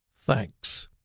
Thanks